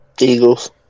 Eagles